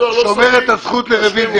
מס' 12) (צמצום מספר תאגידי המים והביוב),